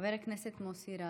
חבר הכנסת מוסי רז,